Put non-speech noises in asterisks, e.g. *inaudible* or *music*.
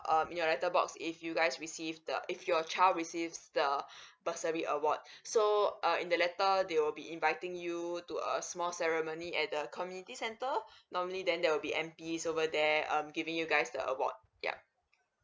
um in your letter box if you guys receive the if your child receives the *breath* bursary award so uh in the letter they will be inviting you to a small ceremony at the community centre normally then there will be M_Ps over there um giving you guys the award yup